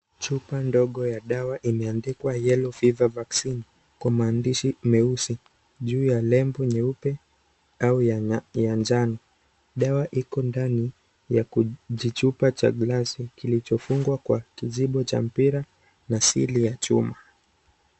Chupa ndogo ya dawa imeandikwa yellow fever vaccine, kwa maandishi meusi juu ya nembo nyeupe au ya njano. Dawa iko ndani ya kijichupa cha glasi, kilichofungwa kwa kizibo cha mpira na sili ya chuma.